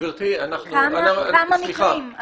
סליחה -- כמה מקרים?